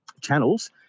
channels